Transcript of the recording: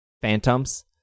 Phantoms